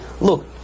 Look